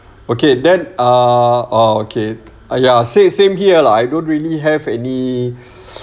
okay then uh oh okay ah ya same same here lah I don't really have any